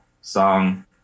song